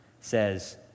says